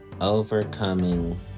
overcoming